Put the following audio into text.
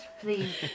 please